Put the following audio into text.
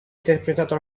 interpretato